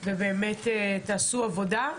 אבל ביחידת ביטחון של רשות מקומית - משרד הפנים.